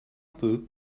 peu